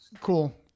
Cool